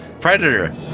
Predator